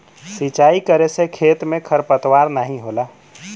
सिंचाई करे से खेत में खरपतवार नाहीं होला